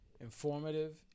informative